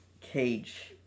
Cage